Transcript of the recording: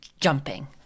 jumping